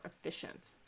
efficient